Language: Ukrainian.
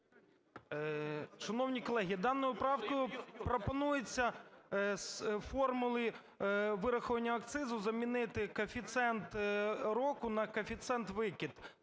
Шановні колеги, даною правкою пропонується з формули вирахування акцизу замінити коефіцієнт року на коефіцієнт викид.